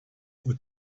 with